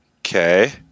Okay